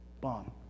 bomb